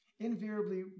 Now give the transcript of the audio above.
Invariably